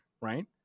right